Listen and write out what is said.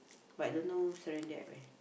but don't know surrender at where